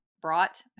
brought